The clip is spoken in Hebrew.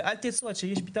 ואל תצאו עד שאתם מגיעים פתרון,